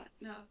no